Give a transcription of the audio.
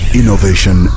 innovation